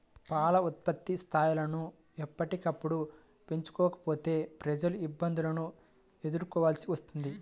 పాల ఉత్పత్తి స్థాయిలను ఎప్పటికప్పుడు పెంచుకోకపోతే ప్రజలు ఇబ్బందులను ఎదుర్కోవలసి వస్తుంది